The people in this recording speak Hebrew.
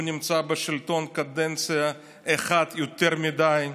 הוא נמצא בשלטון קדנציה אחת יותר מדי.